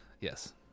yes